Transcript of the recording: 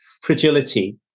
fragility